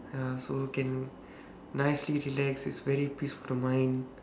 ya so can nicely relax it's very peace of mind